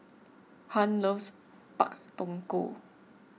Hunt loves Pak Thong Ko